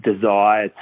desire